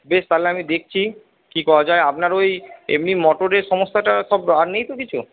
বেশ তাহলে আমি দেখছি কি করা যায় আপনার ওই এমনি মোটরের সমস্যাটা সব আর নেই তো কিছু